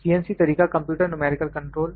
CNC तरीका computer numerical control